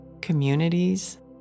communities